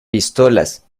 pistolas